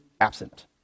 absent